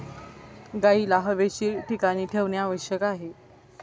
गाईला स्वच्छ आणि हवेशीर ठिकाणी ठेवणे आवश्यक आहे